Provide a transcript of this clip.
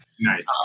Nice